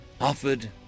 offered